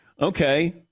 okay